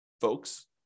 folks